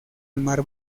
mar